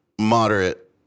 moderate